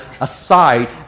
aside